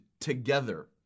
together